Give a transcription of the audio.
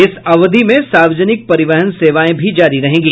इस अवधि में सार्वजनिक परिवहन सेवाएं जारी रहेंगी